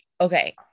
Okay